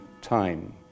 time